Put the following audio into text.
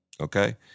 okay